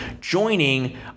joining